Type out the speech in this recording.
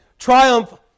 triumph